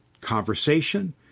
conversation